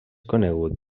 conegut